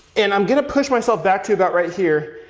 and i'm going to push myself back to about right here,